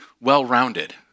well-rounded